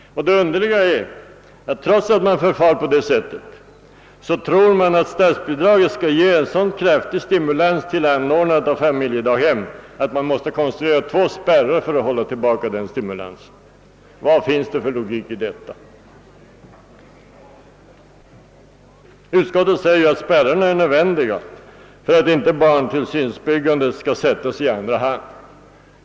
Det underliga är att man trots att man förfar på detta sätt tror, att statsbidraget skall ge så kraftig stimulans till anordnandet av familjedaghem att det måste konstrueras två spärrar för att motverka denna stimulans. Vad finns det för logik i detta? Utskottet framhåller att spärrarna är nödvändiga för att inte barnstugeutbyggnaden skall sättas i andra hand.